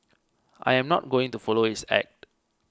I am not going to follow his act